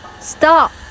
Stop